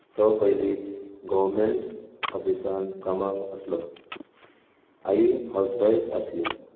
तो पयलीं गोवर्मेंट ऑफिसांत कामाक आसलो आई हावजवायफ आसली